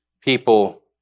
people